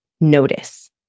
notice